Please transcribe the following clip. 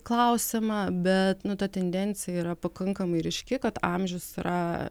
klausiama bet nu ta tendencija yra pakankamai ryški kad amžius yra